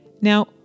Now